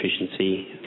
efficiency